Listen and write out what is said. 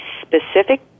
specific